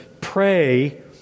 Pray